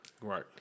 Right